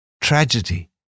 tragedy